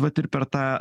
vat ir per tą